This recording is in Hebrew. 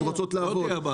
הן רוצות לעבוד.